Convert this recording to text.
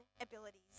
abilities